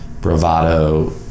bravado